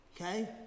Okay